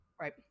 Right